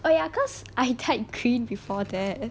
oh ya cause I dyed green before that